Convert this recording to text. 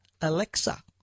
Alexa